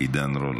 עידן רול,